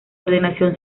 ordenación